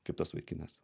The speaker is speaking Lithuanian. kaip tas vaikinas